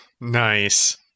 Nice